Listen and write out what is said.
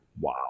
Wow